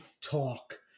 Talk